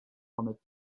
planet